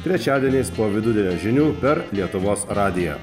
trečiadieniais po vidudienio žinių per lietuvos radiją